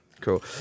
Cool